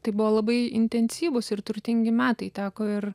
tai buvo labai intensyvūs ir turtingi metai teko ir